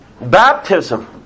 Baptism